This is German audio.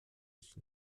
ich